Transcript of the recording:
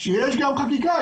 שיש גם חקיקה.